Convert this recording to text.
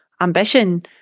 ambition